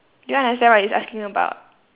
you don't understand what it's asking about